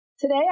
Today